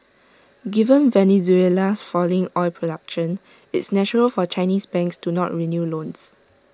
given Venezuela's falling oil production it's natural for Chinese banks to not renew loans